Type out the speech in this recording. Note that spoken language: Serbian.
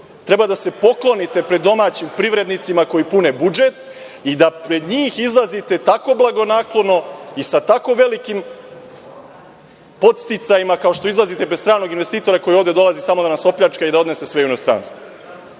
treba da se poklonite pred domaćim privrednicima koji pune budžet i da pred njih izlazite tako blagonaklono i sa tako velikim podsticajima kao što izlazite pred stranog investitora koji ovde dolazi samo da nas opljačka i da odnese sve u inostranstvo. Navedite